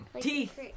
Teeth